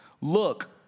Look